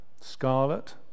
scarlet